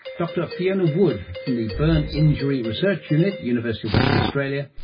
dr fiona wood from the burn injury research unit, university of western australia,